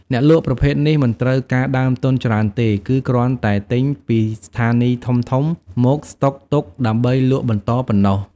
អ្នកលក់ប្រភេទនេះមិនត្រូវការដើមទុនច្រើនទេ គឺគ្រាន់តែទិញពីស្ថានីយ៍ធំៗមកស្តុកទុកដើម្បីលក់បន្តប៉ុណ្ណោះ។